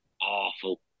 awful